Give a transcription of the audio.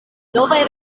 novaj